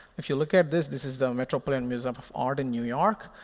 if you look at this, this is the metropolitan museum of art in new york.